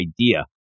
idea